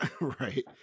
Right